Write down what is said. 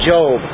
Job